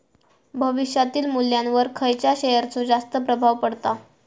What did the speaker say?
भविष्यातील मुल्ल्यावर खयच्या शेयरचो जास्त प्रभाव पडता?